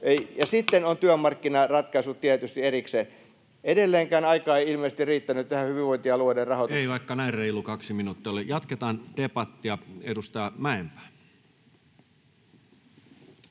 sitten on työmarkkinaratkaisut tietysti erikseen. — Edelleenkään aika ei ilmeisesti riittänyt tähän hyvinvointialueiden rahoitukseen. Ei, vaikka näin reilu kaksi minuuttia oli. — Jatketaan debattia. — Edustaja Mäenpää.